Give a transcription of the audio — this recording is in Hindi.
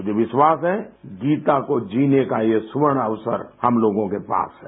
मुझे विश्वास है गीता को जीने का ये स्वर्ण अवसर हम लोगों के पास है